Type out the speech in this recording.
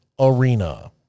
arena